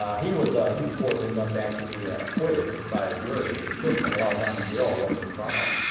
ah he was he was fortunate enough to actually be acquitted by a jury, but he still spent a lot of time in jail awaiting his trial.